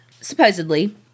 supposedly